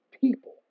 people